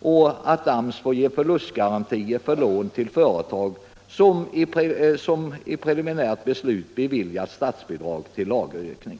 och AMS får ge förlustgarantier för lån till företag som i preliminärt beslut beviljats statsbidrag till lagerökning.